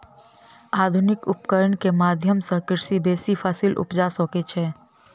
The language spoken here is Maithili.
आधुनिक उपकरण के माध्यम सॅ कृषक बेसी फसील उपजा सकै छै